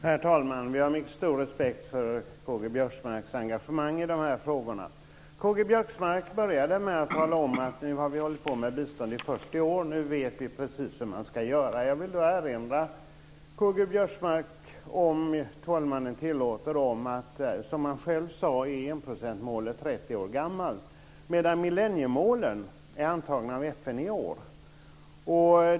Herr talman! Vi har mycket stor respekt för K-G Biörsmarks engagemang i de här frågorna. K-G Biörsmark började med att tala om att vi nu har hållit på med bistånd i 40 år och att vi nu vet precis hur man ska göra. Jag vill då erinra K-G Biörsmark, om talmannen tillåter, om att enprocentsmålet, som han själv sade, är 30 år gammalt medan millenniemålen är antagna av FN i år.